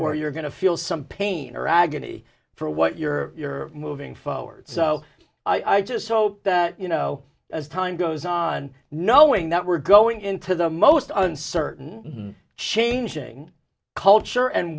or you're going to feel some pain or agony for what you're moving forward so i just hope that you know as time goes on knowing that we're going into the most uncertain changing culture and